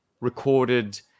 recorded